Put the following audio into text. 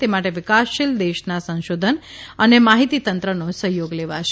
તે માટે વિકાસશીલ દેશના સંશોધન અને માહીતીતંત્રનો સહયોગ લેવાશે